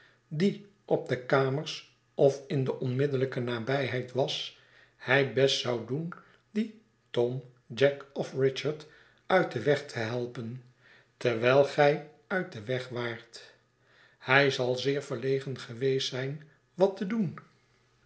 die op de kamers of in de onmiddellijke nabyheid was hij best zou doen dien tom jack of richard uit den wegtehelpen terwijl gij uit den weg waart hij zal zeer verlegen geweest zij n wat te doen